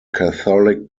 catholic